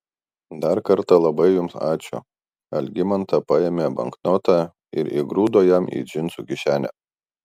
dar kartą labai jums ačiū algimanta paėmė banknotą ir įgrūdo jam į džinsų kišenę